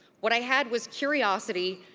what i had was curiosity,